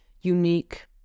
unique